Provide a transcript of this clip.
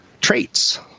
traits